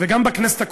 וגם בכנסת הקודמת,